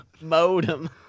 Modem